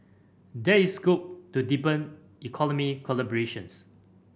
there is scope to deepen economic collaborations